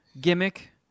gimmick